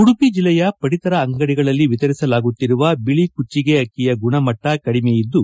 ಉಡುಪಿ ಜಿಲ್ಲೆಯ ಪಡಿತರ ಅಂಗಡಿಗಳಲ್ಲಿ ವಿತರಿಸಲಾಗುತ್ತಿರುವ ಬಿಳಿ ಕುಚ್ಚಿಗೆ ಅಕ್ಕಿಯ ಗುಣಮಟ್ಟ ಕಡಿಮೆಯಿದ್ದು